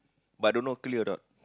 but don't know clear or not